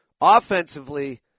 Offensively